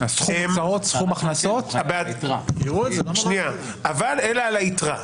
אבל אלא על היתרה.